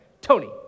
Tony